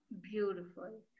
Beautiful